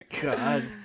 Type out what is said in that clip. God